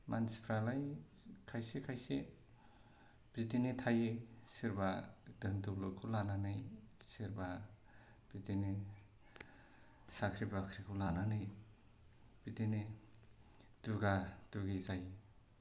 मानसिफ्रालाय खायसे खायसे बिदिनो थायो सोरबा धोन दौलोतखौ लानानै सोरबा बिदिनो साख्रि बाख्रिखौ लानानै बिदिनो दुगा दुगि जायो